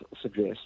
suggest